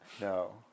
No